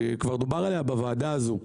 שכבר דובר עליה בוועדה הזו,